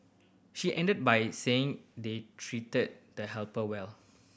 she ended by saying they treated the helper well